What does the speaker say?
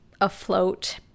afloat